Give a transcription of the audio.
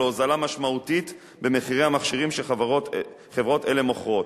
להוזלה משמעותית במחירי המכשירים שחברות אלה מוכרות.